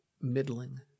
middling